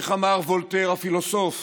איך אמר וולטר, הפילוסוף?